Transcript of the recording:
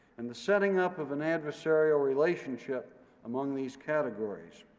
and the setting up of an adversarial relationship among these categories.